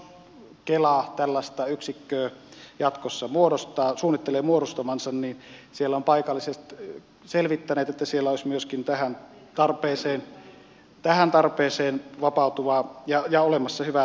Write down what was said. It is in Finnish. jos kela tällaista yksikköä jatkossa suunnittelee muodostavansa niin siellä ovat paikalliset selvittäneet että siellä olisi myöskin tähän tarpeeseen vapautuvaa tilaa ja olemassa hyvää henkilökuntaa